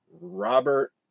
Robert